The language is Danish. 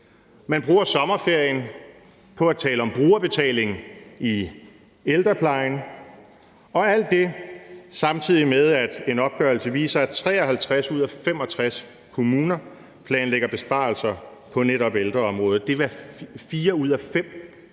Man bruger sommerferien på at tale om brugerbetaling i ældreplejen. Og alt det sker, samtidig med at en opgørelse viser, at 53 ud af 65 kommuner planlægger besparelser på netop ældreområdet. Det er fire ud af fem kommuner